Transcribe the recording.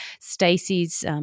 Stacey's